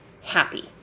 happy